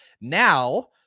Now